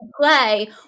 play